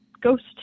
ghost